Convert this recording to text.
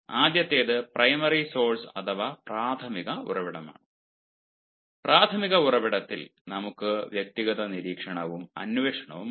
ആദ്യത്തേത് primary source അഥവാ പ്രാഥമിക ഉറവിടമാണ് പ്രാഥമിക ഉറവിടത്തിൽ നമുക്ക് വ്യക്തിഗത നിരീക്ഷണവും അന്വേഷണവുമുണ്ട്